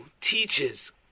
teaches